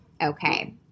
okay